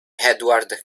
edward